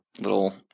little